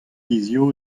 hiziv